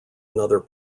another